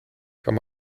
kann